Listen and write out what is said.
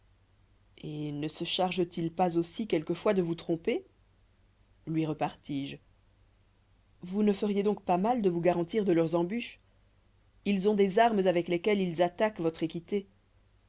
et ne se chargent ils pas aussi quelquefois de vous tromper lui repartis-je vous ne feriez donc pas mal de vous garantir de leurs embûches ils ont des armes avec lesquelles ils attaquent votre équité